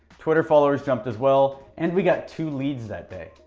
twitter followers jumped as well, and we got two leads that day.